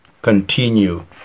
Continue